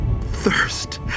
thirst